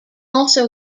also